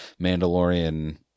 Mandalorian